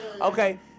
Okay